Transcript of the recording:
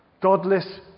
Godless